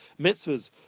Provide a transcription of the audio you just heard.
Mitzvahs